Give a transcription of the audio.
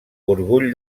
orgull